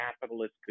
capitalist